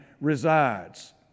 resides